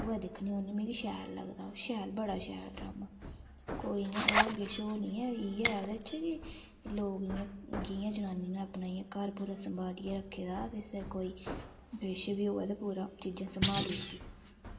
उ'यै दिक्खनी होन्नी मिगी शैल लगदा ओह् शैल बड़ा शैल ड्रामा कोई इ'यां होर किश होर नी ऐ इ'यै ओह्दे च कि लोक इ'यां कि'यां जनानी ने अपना इ'यां घर पूरा सम्हालियै रक्खे दा जिसलै कोई किश बी होऐ ते पूरा चीजां सम्हालुड़दी